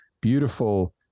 beautiful